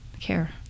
care